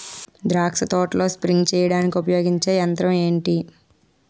ద్రాక్ష తోటలో స్ప్రే చేయడానికి ఉపయోగించే యంత్రం ఎంటి?